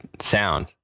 sound